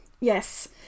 Yes